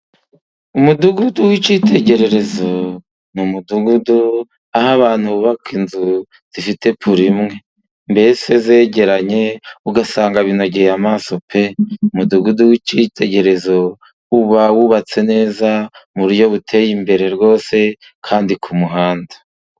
Umudugudu w'icyitegererezo ni umudugudu aho abantu bubaka inzu zifite pura imwe, mbese zegeranye ugasanga binogeye amaso pe. Umudugudu w'icyitegererezo uba wubatse neza mu buryo buteye imbere rwose kandi ku muhanda.